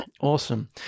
Awesome